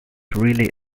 really